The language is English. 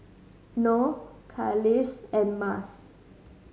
Noh Khalish and Mas